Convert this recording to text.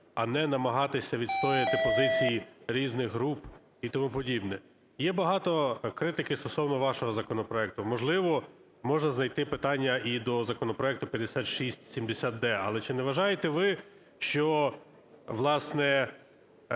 а не намагатися відстояти позиції різних груп і тому подібне. Є багато критики стосовно вашого законопроекту. Можливо, можна знайти питання і до законопроекту 5679-д. Але чи не вважаєте ви, що, власне,